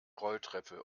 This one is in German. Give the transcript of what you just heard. rolltreppe